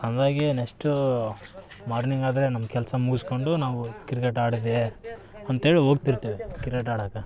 ಹಾಗಾಗಿ next morning ಆದರೆ ನಮ್ಮ ಕೆಲಸ ಮುಗ್ಸ್ಕೊಂಡು ನಾವು ಕ್ರಿಕೆಟ್ ಆಡೋದೇ ಅಂತೇಳಿ ಹೋಗ್ತಿರ್ತೀವಿ ಕ್ರಿಕೆಟ್ ಆಡಕ್ಕೆ